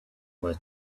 were